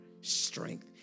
strength